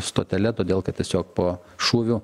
stotele todėl kad tiesiog po šūvių